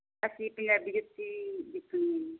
ਅਸੀਂ ਪੰਜਾਬੀ ਜੁੱਤੀ ਦੇਖਣੀ ਆ